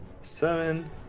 seven